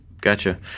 Gotcha